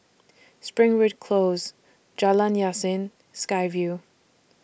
Springwood Close Jalan Yasin and Sky Vue